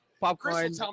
Popcorn